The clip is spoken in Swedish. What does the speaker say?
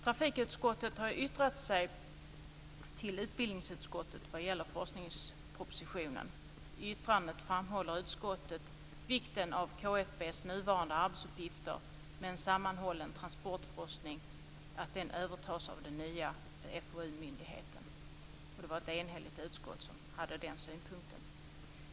Trafikutskottet har yttrat sig till utbildningsutskottet vad gäller forskningspropositionen. I yttrandet framhåller utskottet vikten av att KFB:s nuvarande arbetsuppgifter med en sammanhållen transportforskning övertas av den nya FoU-myndigheten. Det var ett enhälligt utskott som hade den synpunkten.